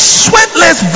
sweatless